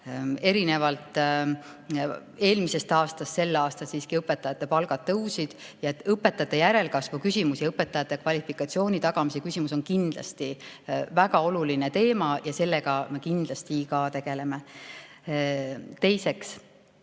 Erinevalt eelmisest aastast sel aastal õpetajate palgad siiski tõusid. Õpetajate järelkasvu küsimus, õpetajate kvalifikatsiooni tagamise küsimus on kindlasti väga oluline teema ja sellega me kindlasti tegeleme. Teiseks,